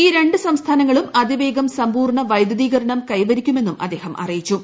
ഈ ര ് സംസ്ഥാനങ്ങളും ്അതിവേഗം സമ്പൂർണ്ണ വൈദ്യുതീകരണം കൈവരിക്കുമെന്നും അദ്ദേഹം അറിയിച്ചു